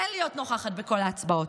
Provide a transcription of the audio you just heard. כן להיות נוכחת בכל ההצבעות,